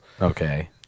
Okay